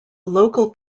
local